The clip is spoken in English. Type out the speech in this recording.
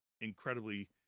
incredibly